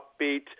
upbeat